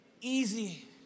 easy